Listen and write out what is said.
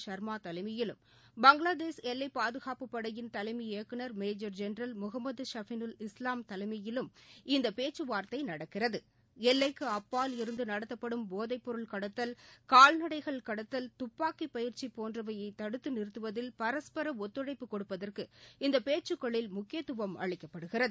ஷா்மா தலைமையிலும் பங்களாதேஷ் எல்லைப் பாதுகாப்பு படையின் தலைமை இயக்குனா் மேஜா் ஜெனரல் முகமது ஷபினுல் இஸ்லாம் தலைமையிலும் இந்த பேச்சுவார்த்தை நடக்கிறது எல்லைக்கு அப்பால் இருந்து நடத்தப்படும் போதைப்பொருள் கடத்தல் கால்நடைகள் கடத்தல் துப்பாக்கி பயிற்சி போன்றவற்றை தடுத்து நிறுத்துவதில் பரஸ்பர ஒத்துழைப்பு கொடுப்பதற்கு இந்த பேச்சுகளில் முக்கியத்துவம் அளிக்கப்படுகிறது